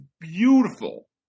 beautiful